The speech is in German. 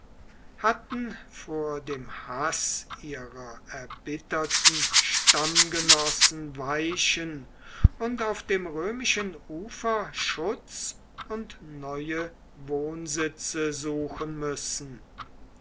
hatten vor dem haß ihrer erbitterten stammgenossen weichen und auf dem römischen ufer schutz und neue wohnsitze suchen müssen